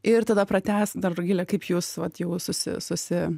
ir tada pratęs dar rugilė kaip jūs vat jau susi susi